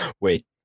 wait